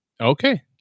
okay